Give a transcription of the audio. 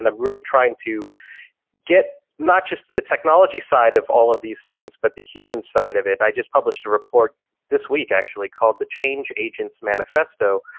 and really trying to get not just to the technology side of all of these things, but the human side of it. i just published a report this week, actually, called the change agent's manifesto,